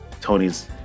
Tony's